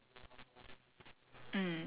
!whoa! kids central is damn long eh